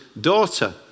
daughter